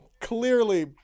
clearly